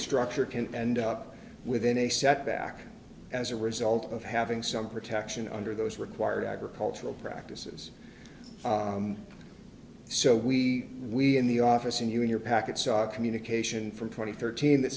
structure can end up within a setback as a result of having some protection under those required agricultural practices so we we in the office and you in your packet saw communication from twenty thirteen that